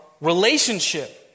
relationship